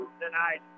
tonight